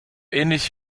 ähnlich